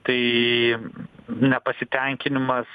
tai nepasitenkinimas